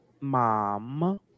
Mom